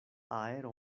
aero